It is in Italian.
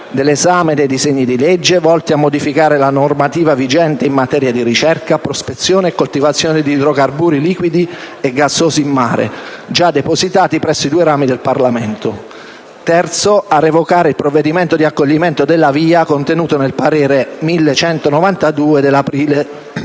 dell'esame dei disegni di legge volti a modificare la normativa vigente in materia di ricerca, prospezione e coltivazione di idrocarburi liquidi e gassosi in mare, già depositati presso i due rami del Parlamento. Il terzo punto chiede la revoca del provvedimento di accoglimento della VIA contenuto nel parere n. 1192 del 3 aprile 2013.